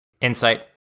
Insight